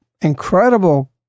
incredible